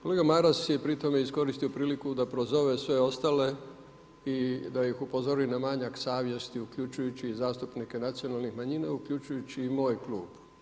Kolega Maras je pritom iskoristio priliku da prozove sve ostale i da ih upozori na manjak savjesti uključujući i zastupnike nacionalnih manjina, uključujući i moj klub.